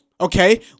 Okay